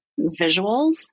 visuals